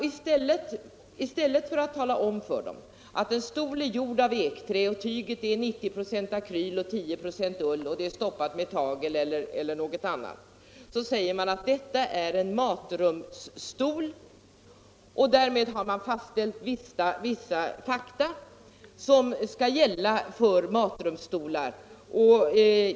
I stället för att tala om för dem att en stol är gjord av ekträ eller att tyget är till 90 96 akryl och till 10 96 ull eller att stoppningen är tagel eller något annat material, säger man t.ex. att detta är en matrumsstol — därmed har man fastställt vissa fakta som skall gälla för matrumsstolar.